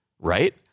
right